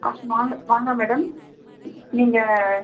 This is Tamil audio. வாங்க வாங்க மேடம் நீங்கள்